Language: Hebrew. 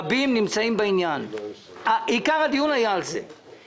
רבים נמצאים בעניין ועיקר הדיון עסק במה עושים עכשיו.